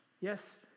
Yes